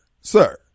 Sir